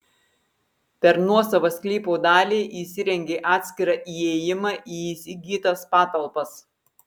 per nuosavą sklypo dalį įsirengė atskirą įėjimą į įsigytas patalpas